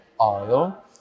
oil